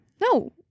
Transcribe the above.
No